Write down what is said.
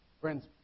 Friends